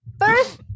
First